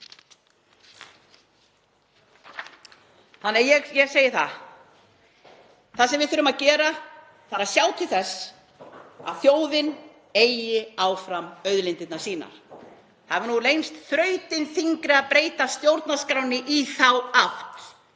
Þannig að ég segi að það sem við þurfum að gera er að sjá til þess að þjóðin eigi áfram auðlindirnar sínar. Það hefur nú reynst þrautin þyngri að breyta stjórnarskránni í þá átt